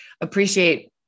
appreciate